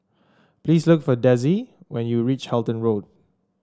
please look for Dezzie when you reach Halton Road